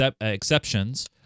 exceptions